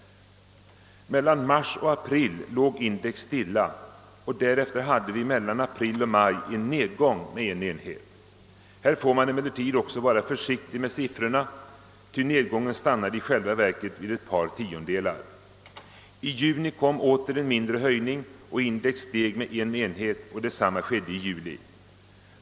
Mellan mars och sapril låg index stilla, och därefter hade vi mellan april och maj en nedgång med en enhet. Här får man emellertid också vara försiktig med siffrorna, ty nedgången stannade i själva verket vid ett par tiondelar. I juni kom åter en mindre höjning, och index steg med en enhet. Detsamma inträffade i juli.